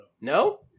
No